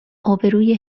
آبروی